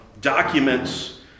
documents